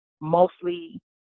mostly